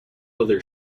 other